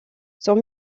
sont